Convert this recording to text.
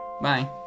bye